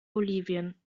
bolivien